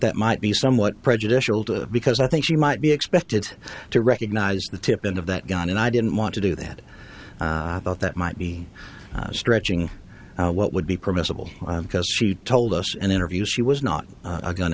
that might be somewhat prejudicial to because i think she might be expected to recognize the tip in of that gun and i didn't want to do that i thought that might be stretching what would be permissible because she told us an interview she was not a